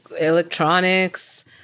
electronics